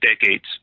decades